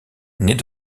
naît